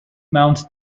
mount